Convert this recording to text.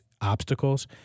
obstacles